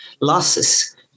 losses